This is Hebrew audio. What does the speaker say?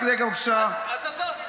התקשר אליי השגריר הרוסי והזמין אותי,